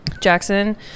Jackson